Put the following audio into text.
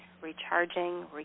recharging